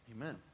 Amen